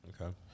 Okay